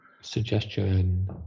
suggestion